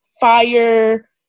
fire